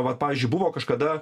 vat pavyzdžiui buvo kažkada